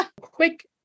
quick